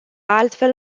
altfel